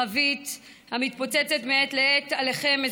חבית המתפוצצת מעת לעת עליכם,